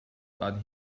but